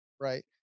Right